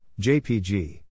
JPG